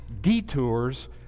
detours